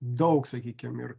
daug sakykim ir